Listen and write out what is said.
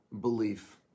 belief